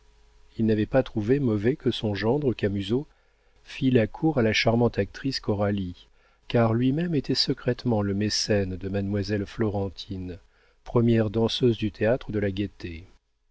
il n'avait pas trouvé mauvais que son gendre camusot fît la cour à la charmante actrice coralie car lui-même était secrètement le mécène de mademoiselle florentine première danseuse du théâtre de la gaîté